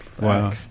wow